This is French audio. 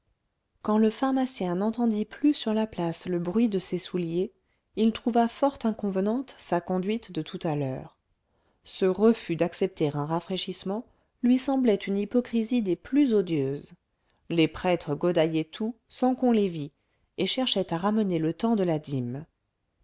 quand le pharmacien n'entendit plus sur la place le bruit de ses souliers il trouva fort inconvenante sa conduite de tout à l'heure ce refus d'accepter un rafraîchissement lui semblait une hypocrisie des plus odieuses les prêtres godaillaient tous sans qu'on les vît et cherchaient à ramener le temps de la dîme